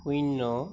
শূন্য